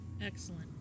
Excellent